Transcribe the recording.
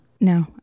No